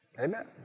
Amen